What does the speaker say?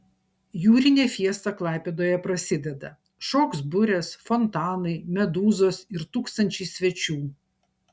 jūrinė fiesta klaipėdoje prasideda šoks burės fontanai medūzos ir tūkstančiai svečių